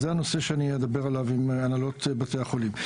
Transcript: זה הנושא שאני אדבר עליו עם הנהלות בתי החולים.